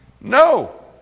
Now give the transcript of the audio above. No